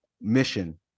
mission